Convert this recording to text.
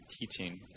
teaching